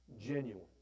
genuine